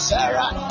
Sarah